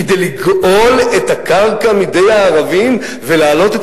כדי לגאול את הקרקע מידי הערבים ולעלות את